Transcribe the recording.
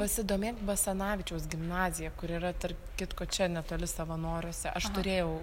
pasidomėk basanavičiaus gimnazija kuri yra tarp kitko čia netoli savanoriuose aš turėjau